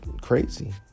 crazy